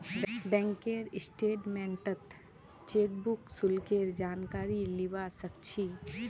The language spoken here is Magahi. बैंकेर स्टेटमेन्टत चेकबुक शुल्केर जानकारी लीबा सक छी